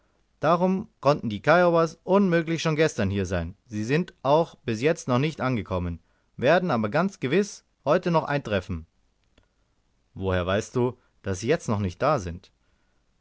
darum konnten die kiowas unmöglich schon gestern hier sein sie sind auch bis jetzt noch nicht angekommen werden aber ganz gewiß heut noch eintreffen woher weißt du daß sie jetzt noch nicht da sind